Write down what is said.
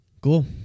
Cool